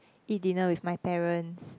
eat dinner with my parents